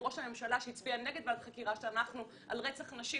ראש הממשלה שהצביע נגד ועדת חקירה על רצח נשים,